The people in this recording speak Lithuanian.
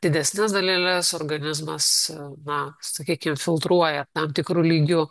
didesnes daleles organizmas na sakykim filtruoja tam tikru lygiu